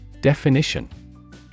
Definition